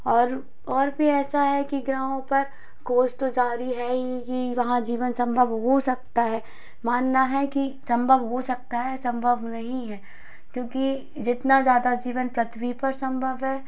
और और भी ऐसा है कि ग्रहों पर खोज तो जारी है ही वहाँ जीवन संभव हो सकता है मानना है कि संभव हो सकता है संभव नहीं है क्योंकि जितना ज़्यादा जीवन पृथ्वी पर संभव है